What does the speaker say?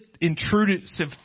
intrusive